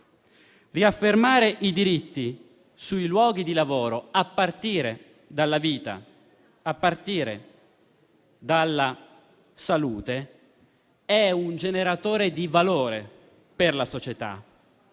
Riaffermare i diritti sui luoghi di lavoro, a partire dalla vita e dalla salute, è un generatore di valore per la società.